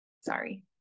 sorry